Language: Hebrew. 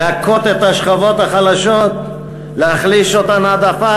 להכות את השכבות החלשות, להחליש אותן עד עפר?